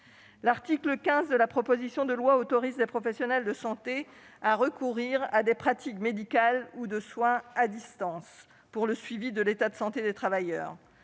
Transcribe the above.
L'article 15 de cette proposition de loi autorise les professionnels de santé à recourir à des pratiques médicales ou de soins à distance pour le suivi de l'état de santé des travailleurs.